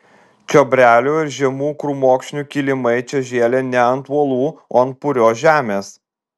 čiobrelių ir žemų krūmokšnių kilimai čia žėlė ne ant uolų o ant purios žemės